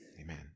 Amen